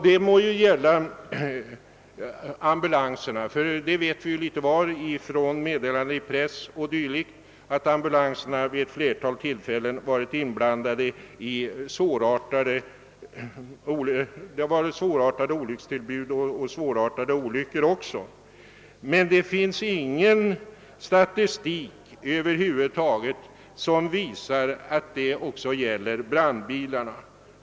Det må ju gälla ambulanserna, ty vi vet litet var från meddelanden i press 0. d. att ambulanserna vid ett flertal tillfällen råkat ut för svårartade olyckstillbud och svårartade olyckor. Men det finns över huvud taget ingen statistik som visar att detta också gäller brandbilarna.